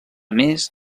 més